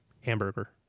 hamburger